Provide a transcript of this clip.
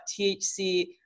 THC